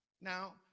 Now